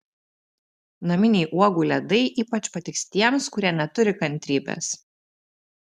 naminiai uogų ledai ypač patiks tiems kurie neturi kantrybės